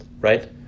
right